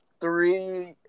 three